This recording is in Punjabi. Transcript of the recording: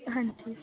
ਹਾਂਜੀ